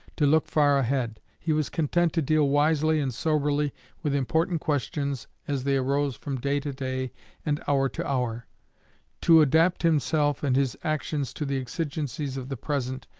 to look far ahead. he was content to deal wisely and soberly with important questions as they arose from day to day and hour to hour to adapt himself and his actions to the exigencies of the present,